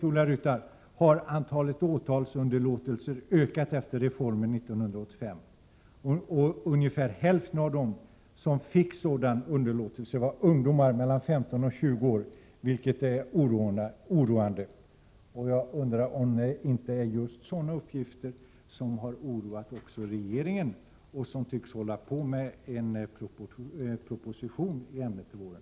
Visst har antalet åtalsunderlåtelser ökat efter reformen år 1985, Bengt-Ola Ryttar. Ungefär hälften av dem som fick en sådan åtalsunderlåtelse var ungdomar mellan 15 och 20 år, vilket är oroande. Jag undrar om det inte är just sådana uppgifter som också oroat regeringen, som nu tycks arbeta med en proposition i ämnet till våren.